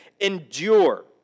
endure